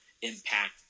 impact